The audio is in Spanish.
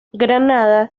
granada